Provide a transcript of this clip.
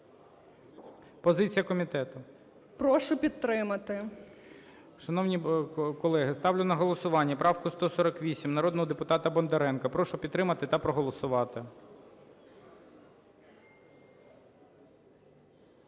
ПІДЛАСА Р.А. Прошу підтримати. ГОЛОВУЮЧИЙ. Шановні колеги, ставлю на голосування правку 148 народного депутата Бондаренка. Прошу підтримати та проголосувати.